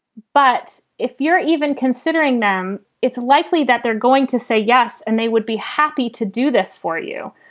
but if you're even considering them, it's likely that they're going to say yes and they would be happy to do this for you.